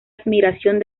admiración